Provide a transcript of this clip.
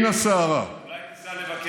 ולא "שלנו"